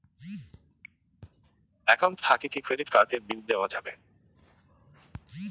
Account থাকি কি credit card এর বিল দেওয়া যাবে?